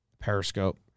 Periscope